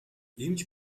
эмч